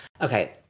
okay